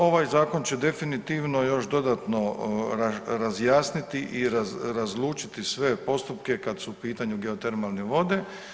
Ovaj zakon će definitivno još dodatno razjasniti i razlučiti sve postupke kad su u pitanju geotermalne vode.